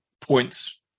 points